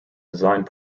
designed